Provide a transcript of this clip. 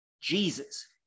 Jesus